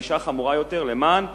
למען יראו,